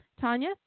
Tanya